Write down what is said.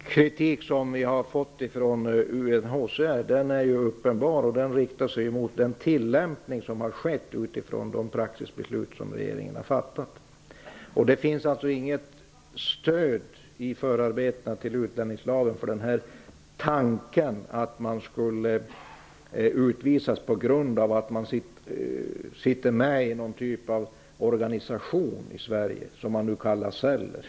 Herr talman! Den kritik som har kommit från UNHCR är uppenbar och riktar sig mot den tillämpning som har skett utifrån de praxisbeslut som regeringen har fattat. Det finns inget i stöd i förarbetena till utlänningslagen för tanken att en person skall utvisas på grund av att denne sitter med i någon form av organisation i Sverige, som man kallar för celler.